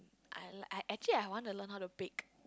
I like I actually I want to learn how to bake